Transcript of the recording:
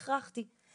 רחרחתי,